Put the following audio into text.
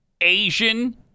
Asian